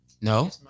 no